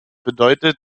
bedeutet